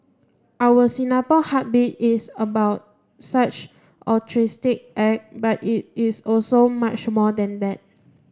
our Singapore Heartbeat is about such altruistic acts but it is also much more than that